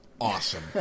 Awesome